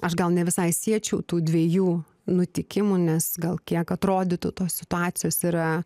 aš gal ne visai siečiau tų dviejų nutikimų nes gal kiek atrodytų tos situacijos yra